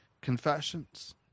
confessions